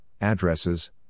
addresses